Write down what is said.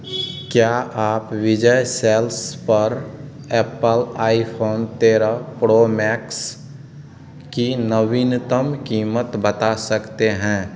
क्या आप विजय सेल्स पर एप्पल आईफोन तेरह प्रो मैक्स की नवीनतम कीमत बता सकते हैं